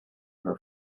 her